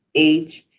age,